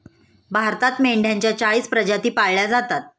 भारतात मेंढ्यांच्या चाळीस प्रजाती पाळल्या जातात